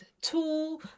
two